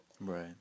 Right